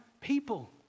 people